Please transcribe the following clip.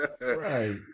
right